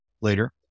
later